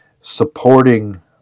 supporting